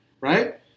right